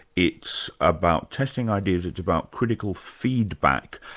it's about testing ideas, it's about critical feedback.